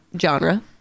genre